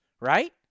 right